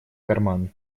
карман